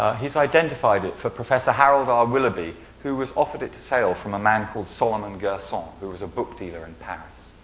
he's identified it for professor harold r. willoughby who was offered it to sale from a man called solomon garcon, um who was a book dealer in paris.